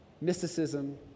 mysticism